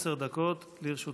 עשר דקות לרשותך.